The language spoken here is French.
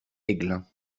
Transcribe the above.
aiglun